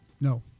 No